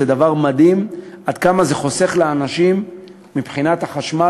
זה דבר מדהים עד כמה זה חוסך לאנשים מבחינת החשמל.